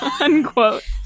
Unquote